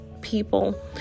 people